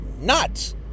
nuts